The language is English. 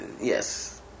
yes